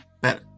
better